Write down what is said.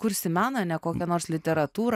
kursi meną ne kokią nors literatūrą